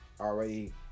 already